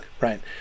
right